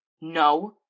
No